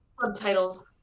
Subtitles